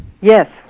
Yes